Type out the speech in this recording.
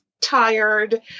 tired